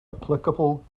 applicable